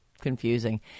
confusing